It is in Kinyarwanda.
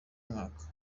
mwaka